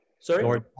Sorry